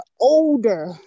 older